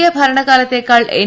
A ഭരണകാലത്തേക്കാൾ N